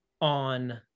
on